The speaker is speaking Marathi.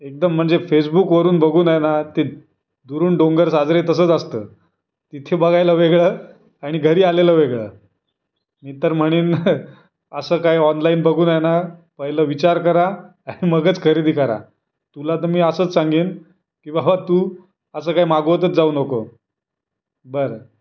एकदम म्हणजे फेसबुकवरून बघून आहे नं ते दुरून डोंगर साजरे तसंच असतं तिथे बघायला वेगळं आणि घरी आलेलं वेगळं मी तर म्हणीन असं काय ऑनलाईन बघून आहे नं पहिलं विचार करा मगच खरेदी करा तुला तर मी असंच सांगेन की बाबा तू असं काय मागवतच जाऊ नको बरं